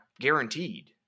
guaranteed